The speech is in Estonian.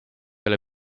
ole